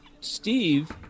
Steve